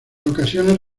ocasiones